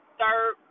Third